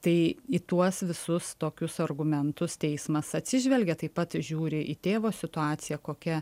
tai į tuos visus tokius argumentus teismas atsižvelgia taip pat žiūri į tėvo situaciją kokia